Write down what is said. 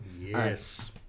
Yes